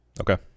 Okay